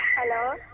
Hello